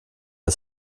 der